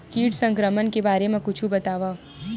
कीट संक्रमण के बारे म कुछु बतावव?